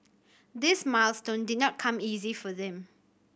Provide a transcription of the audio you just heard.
this milestone did not come easy for them